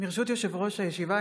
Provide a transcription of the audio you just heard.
ברשות יושב-ראש הישיבה,